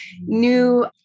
new